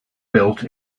built